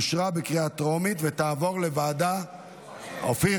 לוועדה שתקבע